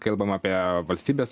kalbam apie valstybės